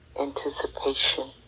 anticipation